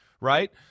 right